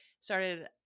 started